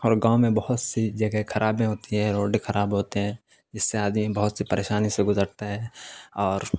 اور گاؤں میں بہت سی جگہیں کھرابیں ہوتی ہیں روڈ خراب ہوتے ہیں جس سے آدمی بہت سی پریشانی سے گزرتے ہیں اور